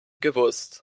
gewusst